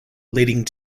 leading